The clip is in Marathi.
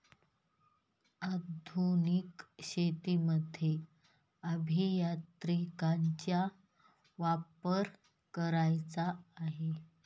आधुनिक शेतीमध्ये अभियांत्रिकीचा वापर करायचा आहे